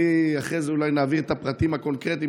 אחרי זה אולי נעביר את הפרטים הקונקרטיים